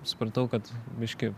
supratau kad reiškia